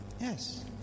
yes